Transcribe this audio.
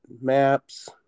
maps